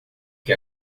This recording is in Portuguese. que